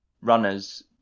runners